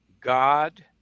God